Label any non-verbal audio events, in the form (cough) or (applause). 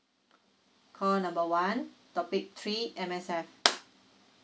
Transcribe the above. call number one topic three M_S_F (noise)